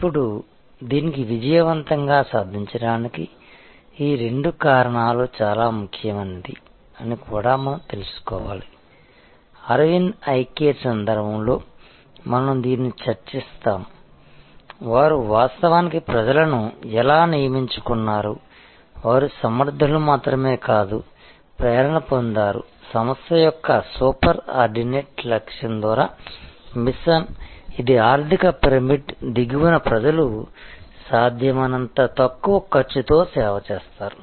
ఇప్పుడు దీనికి విజయవంతంగా సాధించడానికి ఈ రెండు కారణాలు చాలా ముఖ్యమైనది అని కూడా మనం తెలుసుకోవాలి అరవింద్ ఐ కేర్ సందర్భంలో మనం దీనిని చర్చిస్తాము వారు వాస్తవానికి ప్రజలను ఎలా నియమించుకున్నారు వారు సమర్థులు మాత్రమే కాదు ప్రేరణ పొందారు సంస్థ యొక్క సూపర్ ఆర్డినేట్ లక్ష్యం ద్వారా మిషన్ ఇది ఆర్థిక పిరమిడ్ దిగువన ప్రజలు సాధ్యమైనంత తక్కువ ఖర్చుతో సేవ చేస్తారు